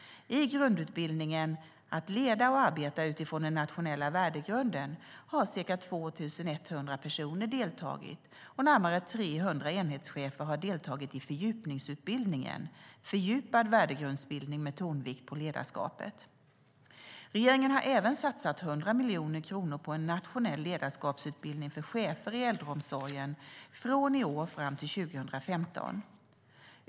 I grundutbildningen Att leda och arbeta utifrån den nationella värdegrunden har ca 2 100 personer deltagit, och närmare 300 enhetschefer har deltagit i fördjupningsutbildningen Fördjupad värdegrundsutbildning med tonvikt på ledarskapet. Regeringen har även satsat 100 miljoner kronor på en nationell ledarskapsutbildning för chefer i äldreomsorgen från i år fram till 2015.